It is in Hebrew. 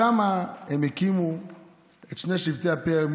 שם הם הקימו את שני שבטי הפאר,